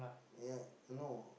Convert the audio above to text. ya no